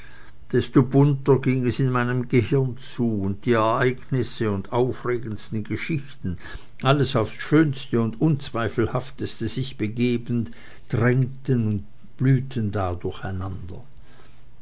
desto bunter ging es in meinem gehirn zu und die ereignisse und aufregendsten geschichten alles aufs schönste und unzweifelhafteste sich begebend drängten und blühten da durcheinander